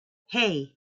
hey